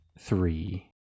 three